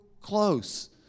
close